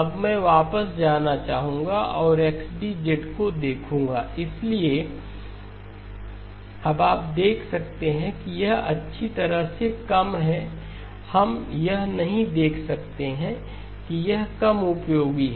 अब मैं वापस जाना चाहूंगा और XD को देखूंगा इसलिए XDn −∞n∞X1Z nn −∞n∞x kM अब आप देख सकते हैं कि यह अच्छी तरह से कम है कि हम यह नहीं देख सकते हैं कि यह कम उपयोगी है